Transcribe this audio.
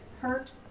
hurt